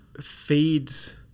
feeds